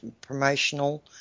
promotional